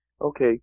okay